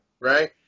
right